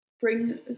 bring